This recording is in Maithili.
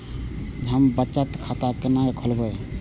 हम बचत खाता केना खोलैब?